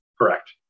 Correct